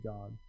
God